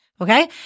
okay